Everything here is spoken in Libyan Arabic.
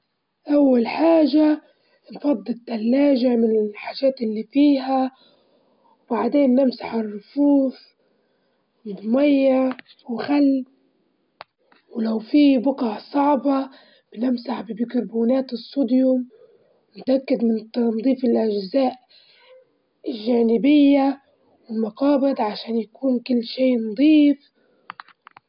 أول حاجة نتأكد إني جاعدة في مكان آمن، وبعدين نرفع السيارة والبشكولاتة باستخدام الرافعة ونشيل البراكسي بالاستخدام العدة الخاصة، بعدين نستبدل اطار جديد و نثبته بنفس الطريقة الكان متثبت بيها الإطار الجديم عشان نتأكد إنه محكم.